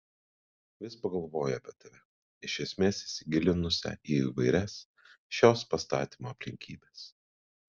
vis pagalvoju apie tave iš esmės įsigilinusią į įvairias šios pastatymo aplinkybes